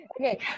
Okay